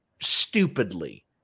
stupidly